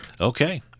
Okay